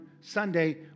Sunday